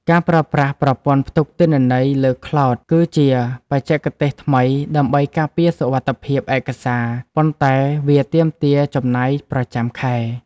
ការប្រើប្រាស់ប្រព័ន្ធផ្ទុកទិន្នន័យលើ ខ្លោដ គឺជាបច្ចេកទេសថ្មីដើម្បីការពារសុវត្ថិភាពឯកសារ ប៉ុន្តែវាទាមទារចំណាយប្រចាំខែ។